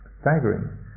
staggering